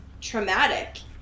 traumatic